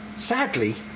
sadly